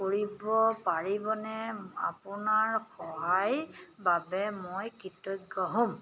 কৰিব পাৰিবনে আপোনাৰ সহায় বাবে মই কৃতজ্ঞ হ'ম